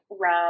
rub